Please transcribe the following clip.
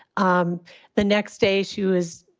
um the next day she was.